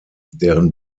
deren